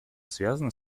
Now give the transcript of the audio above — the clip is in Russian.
связана